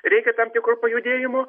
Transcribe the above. reikia tam tikro pajudėjimo